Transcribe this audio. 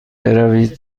بروید